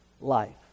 life